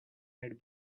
had